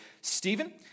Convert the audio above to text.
Stephen